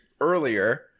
earlier